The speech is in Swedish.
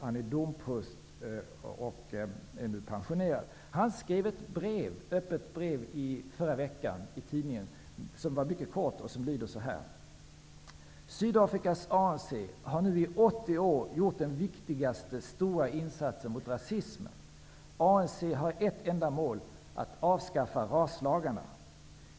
Han är domprost och är nu pensionerad. Han skrev ett öppet brev till tidningen i förra veckan. Det lyder så här: ''Sydafrikas ANC har nu i åttio år gjort den viktigaste stora insatsen mot rasismen. ANC har ett enda mål: att avskaffa raslagarna.